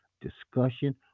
discussion